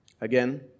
Again